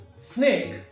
snake